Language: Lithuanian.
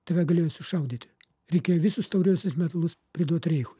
tave galėjo sušaudyti reikėjo visus tauriuosius metalus priduot reichui